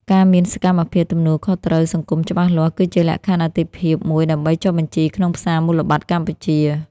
ការមានសកម្មភាពទំនួលខុសត្រូវសង្គមច្បាស់លាស់ គឺជាលក្ខខណ្ឌអាទិភាពមួយដើម្បីចុះបញ្ជីក្នុងផ្សារមូលបត្រកម្ពុជា។